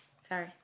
sorry